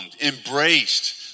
embraced